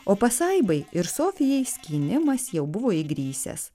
o pasaibai ir sofijai skynimas jau buvo įgrisęs